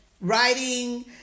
writing